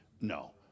No